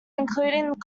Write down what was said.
including